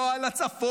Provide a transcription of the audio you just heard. לא על הצפון,